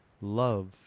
love